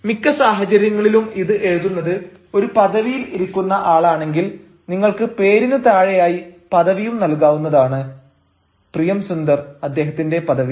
മിക്ക സാഹചര്യങ്ങളിലും ഇത് എഴുതുന്നത് ഒരു പദവിയിൽ ഇരിക്കുന്ന ആളാണെങ്കിൽ നിങ്ങൾക്ക് പേരിനു താഴെയായി പദവിയും നൽകാവുന്നതാണ് പ്രിയം സുന്ദർ അദ്ദേഹത്തിന്റെ പദവി